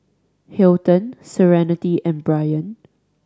Hilton Serenity and Bryan